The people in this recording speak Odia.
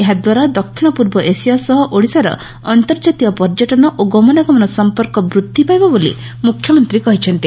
ଏହା ଦ୍ୱାରା ଦକ୍ଷିଣ ପୂର୍ବ ଏସିଆ ସହ ଓଡ଼ିଶାର ଅନ୍ତର୍ଜାତୀୟ ପର୍ଯ୍ୟଟନ ଓ ଗମନାଗମନ ସଂପର୍କ ବୃଦ୍ଧି ପାଇବ ବୋଲି ମୁଖ୍ୟମନ୍ତୀ କହିଛନ୍ତି